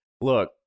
look